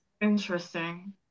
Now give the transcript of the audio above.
interesting